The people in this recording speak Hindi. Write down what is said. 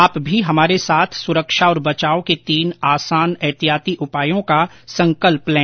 आप भी हमारे साथ सुरक्षा और बचाव के तीन आसान एहतियाती उपायों का संकल्प लें